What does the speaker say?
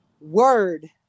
word